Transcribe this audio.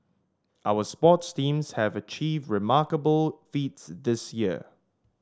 our sports teams have achieved remarkable feats this year